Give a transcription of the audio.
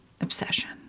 obsession